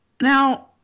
Now